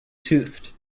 toothed